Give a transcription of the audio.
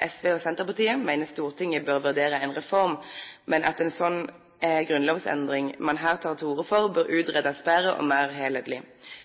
SV og Senterpartiet, mener Stortinget bør vurdere en reform, men at en slik grunnlovsendring som man her tar til orde for, bør utredes bedre og mer helhetlig.